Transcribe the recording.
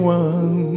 one